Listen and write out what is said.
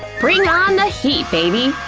bring on the heat, baby!